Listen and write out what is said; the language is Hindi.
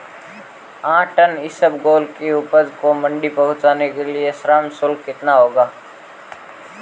आठ टन इसबगोल की उपज को मंडी पहुंचाने के लिए श्रम शुल्क कितना होगा?